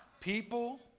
People